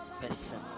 person